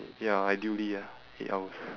ya ideally ah eight hours